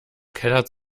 keller